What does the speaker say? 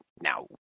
now